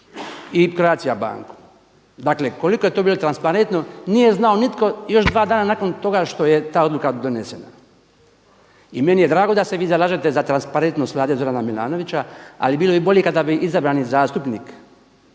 i Croatia banku. Dakle koliko je to bilo transparentno nije znao nitko još dva dana nakon toga što je ta odluka donesena. I meni je drago da se vi zalažete za transparentnost Vlade Zorana Milanovića ali bilo bi bolje kada bi izabrani zastupnik